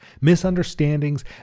misunderstandings